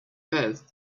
past